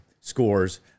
scores